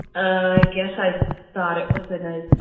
i guess i thought it was a nice,